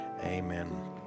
amen